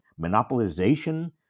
monopolization